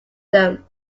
them